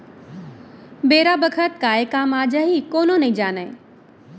बेरा बखत काय काम आ जाही कोनो नइ जानय